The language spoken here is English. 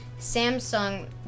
Samsung